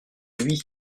lui